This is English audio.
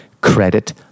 credit